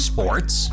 Sports